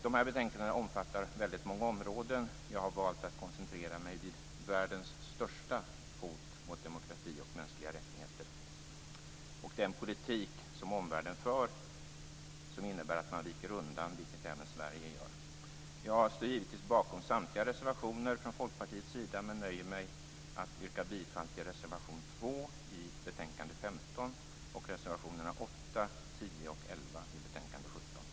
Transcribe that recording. De här betänkandena omfattar väldigt många områden. Jag har valt att koncentrera mig till världens största hot mot demokrati och mänskliga rättigheter och den politik som omvärlden för, vilken innebär att man viker undan. Det gör även Sverige. Jag står givetvis bakom samtliga reservationer från folkpartiets sida men nöjer mig med att yrka bifall till reservation 2 vid betänkande nr 15 och till reservationerna 8, 10, 11 vid betänkande nr 17.